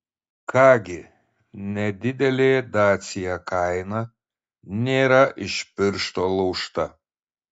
ką gi nedidelė dacia kaina nėra iš piršto laužta